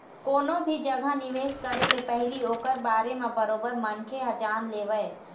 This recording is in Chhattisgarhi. कोनो भी जघा निवेश करे ले पहिली ओखर बारे म बरोबर मनखे ह जान लेवय